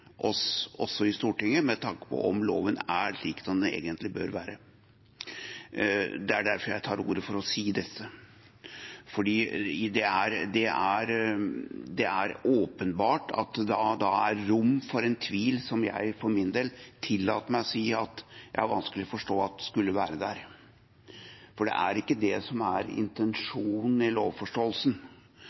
oss i Stortinget med tanke på om loven er slik som den egentlig bør være. Det er derfor jeg tar ordet, for å si dette. Det er åpenbart at det er rom for en tvil som jeg for min del tillater meg å si at jeg har vanskelig for å forstå skulle være der. Det er ikke det som er intensjonen i lovforståelsen,